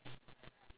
ya